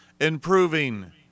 improving